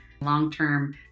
long-term